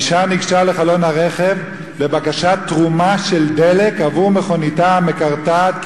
אשה ניגשה לחלון הרכב בבקשת תרומה של דלק עבור מכוניתה המקרטעת,